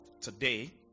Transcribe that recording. today